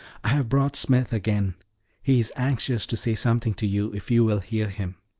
i have brought smith again he is anxious to say something to you, if you will hear him.